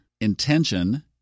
intention